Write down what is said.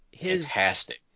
fantastic